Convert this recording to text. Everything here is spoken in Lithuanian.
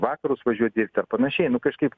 vakarus važiuot dirbt panašiai nu kažkaip